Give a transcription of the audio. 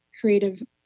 creative